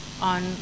on